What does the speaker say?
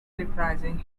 reprising